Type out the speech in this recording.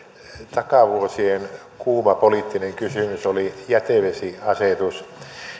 takavuosien kuuma poliittinen kysymys oli jätevesiasetus